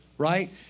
right